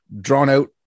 drawn-out